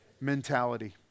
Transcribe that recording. mentality